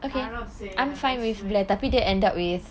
arab seh the best friend